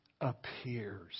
appears